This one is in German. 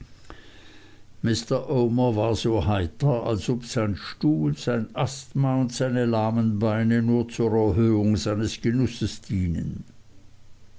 omer war so heiter als ob sein stuhl sein asthma und seine lahmen beine nur zur erhöhung seines genusses dienten